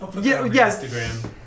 yes